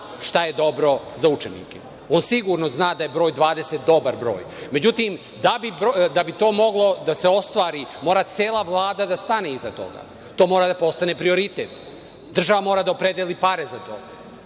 šta je dobro za učenike, on sigurno zna da je broj 20 dobar broj. Međutim, da bi to moglo da se ostvari, mora cela Vlada da stane iza toga. To mora da postane prioritet. Država mora da opredeli pare za to.